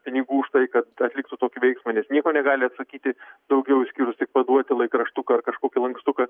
pinigų už tai kad atliktų tokį veiksmą nes nieko negali atsakyti daugiau išskyrus tik paduoti laikraštuką ar kažkokį lankstuką